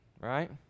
Right